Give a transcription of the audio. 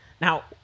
Now